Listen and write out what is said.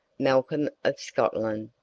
malcolm of scotland,